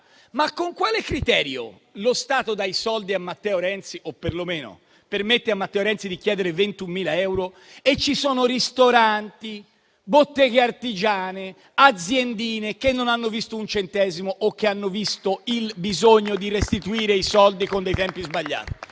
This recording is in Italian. ma con quale criterio lo Stato dà i soldi a Matteo Renzi? O, perlomeno, permette a Matteo Renzi di chiedere 21.000 euro, quando ci sono ristoranti, botteghe artigiane, aziendine, che non hanno visto un centesimo o che hanno avuto necessità di restituire i soldi con dei tempi sbagliati?